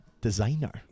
designer